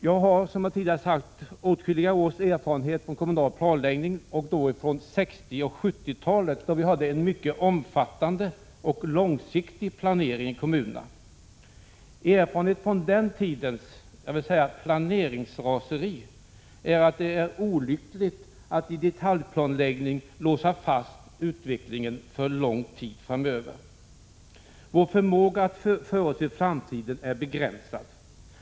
Jag har, som jag tidigare sagt, åtskilliga års erfarenhet från kommunal planläggning särskilt under 1960 och 1970-talen, då vi hade en mycket omfattande och långsiktig planering i kommunerna. Erfarenheten från den tidens planeringsraseri är att det är olyckligt att i detaljplanläggning låsa fast utvecklingen för mycket lång tid framöver. Vår förmåga att se in i framtiden är begränsad.